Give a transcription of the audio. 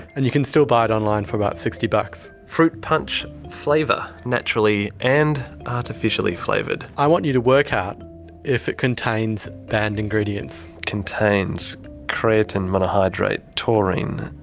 and you can still buy it online for about sixty bucks. fruit punch flavour, naturally and artificially flavoured. i want you to work out if it contains banned ingredients. contains creatine, monohydrate, taurine,